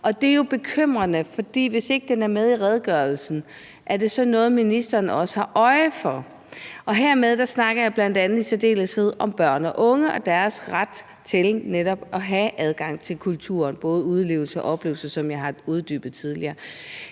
Og det er jo bekymrende, for hvis ikke det er med i redegørelsen, er det så noget, ministeren har øje for? Her snakker jeg bl.a. og i særdeleshed om børn og unge og deres ret til netop at have adgang til kultur, både til at udleve og opleve den, som jeg har uddybet tidligere.